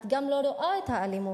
את גם לא רואה את האלימות.